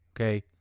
okay